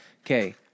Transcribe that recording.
Okay